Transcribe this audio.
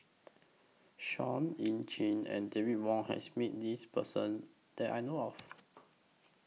Seah EU Chin and David Wong has Met This Person that I know of